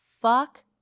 fuck